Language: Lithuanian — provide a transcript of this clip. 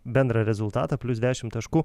bendrą rezultatą plius dešimt taškų